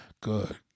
Good